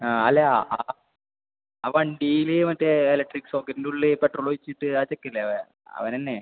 ആ അല്ല ആ വണ്ടിയിൽ മറ്റേ ഇലക്ട്രിക് സോക്കറ്റിൻ്റെ ഉള്ളിൽ പെട്രോൾ ഒഴിച്ചിട്ട് അതൊക്കെ ഇല്ലേ അവൻ തന്നെ